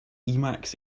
emacs